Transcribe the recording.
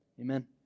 Amen